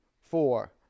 four